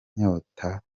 inyota